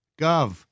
Gov